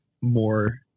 more